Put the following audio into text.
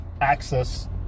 access